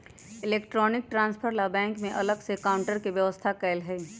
electronic transfer ला bank में अलग से काउंटर के व्यवस्था कएल हई